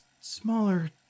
smaller